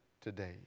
today